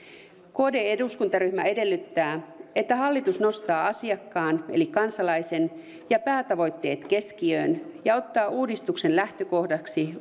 kd eduskuntaryhmä edellyttää että hallitus nostaa asiakkaan eli kansalaisen ja päätavoitteet keskiöön ja ottaa uudistuksen lähtökohdaksi